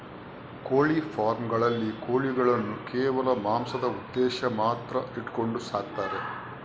ಕೋಳಿ ಫಾರ್ಮ್ ಗಳಲ್ಲಿ ಕೋಳಿಗಳನ್ನು ಕೇವಲ ಮಾಂಸದ ಉದ್ದೇಶ ಮಾತ್ರ ಇಟ್ಕೊಂಡು ಸಾಕ್ತಾರೆ